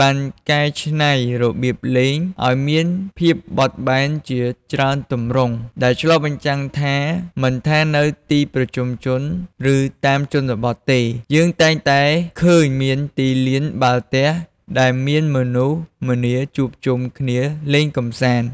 បានកែច្នៃរបៀបលេងឱ្យមានភាពបត់បែនជាច្រើនទម្រង់ ដែលឆ្លុះបញ្ចាំងថា មិនថានៅទីប្រជុំជន ឬតាមជនបទទេ យើងតែងតែឃើញមានទីលានបាល់ទះដែលមានមនុស្សម្នាជួបជុំគ្នាលេងកម្សាន្ត។